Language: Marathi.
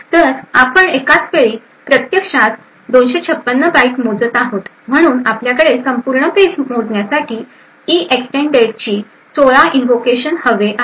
तर आपण एकाच वेळी प्रत्यक्षात 256 बाइट मोजत आहोत म्हणून आपल्याकडे संपूर्ण पेज मोजण्यासाठी EEXTEND इइक्स्टेंड ची 16 इंवोकेशन हव आहेत